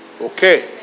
Okay